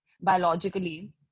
Biologically